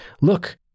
Look